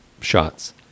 shots